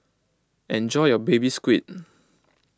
enjoy your Baby Squid